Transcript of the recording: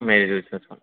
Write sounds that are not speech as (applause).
(unintelligible)